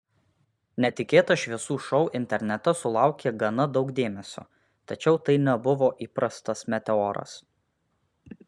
netikėtas šviesų šou internete sulaukė gana daug dėmesio tačiau tai nebuvo įprastas meteoras